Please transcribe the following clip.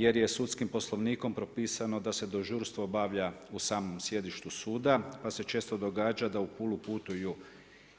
Jer je Sudskim poslovnikom propisano da se dežurstvo obavlja u samom sjedištu suda, pa se često događa da u Pulu putuju